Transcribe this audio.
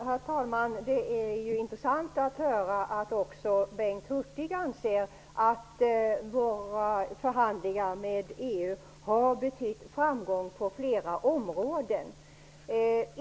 Herr talman! Det är intressant att höra att också Bengt Hurtig anser att våra förhandlingar med EU har inneburit framgångar på flera områden.